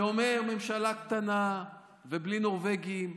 שאומר: ממשלה קטנה ובלי נורבגים,